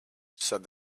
said